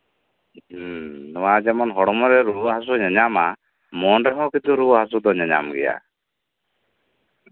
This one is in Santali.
ᱱᱚᱶᱟ ᱦᱚᱲᱢᱚ ᱨᱮ ᱨᱩᱣᱟᱹ ᱦᱟᱹᱥᱩ ᱧᱟᱧᱟᱢᱟ ᱢᱚᱱ ᱨᱮᱦᱚᱸ ᱠᱤᱪᱷᱩ ᱨᱩᱣᱟᱹ ᱦᱟᱹᱥᱩ ᱫᱚ ᱧᱟᱧᱟᱢ ᱜᱮᱭᱟ